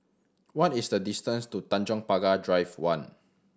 what is the distance to Tanjong Pagar Drive One